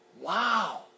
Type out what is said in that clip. Wow